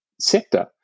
sector